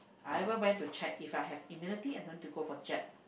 I ever went to check If I have immunity I no need to go for jab